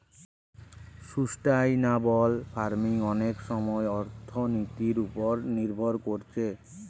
sustainable farming অনেক সময় অর্থনীতির উপর নির্ভর কোরছে